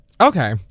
Okay